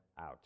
out